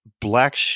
black